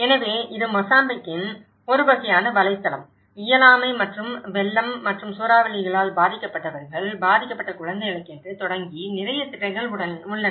எனவே இது மொசாம்பிக்கின் ஒரு வகையான வலைத்தளம் இயலாமை மற்றும் வெள்ளம் மற்றும் சூறாவளிகளால் பாதிக்கப்பட்டவர்கள் பாதிக்கப்பட்ட குழந்தைகளுக்கென்று தொடங்கி நிறைய திட்டங்கள் உள்ளன